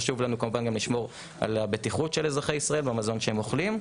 חשוב לנו כמובן גם לשמור על הבטיחות של אזרחי ישראל והמזון שהם אוכלים.